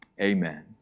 amen